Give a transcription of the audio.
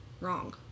wrong